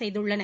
செய்துள்ளன